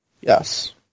Yes